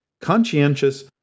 conscientious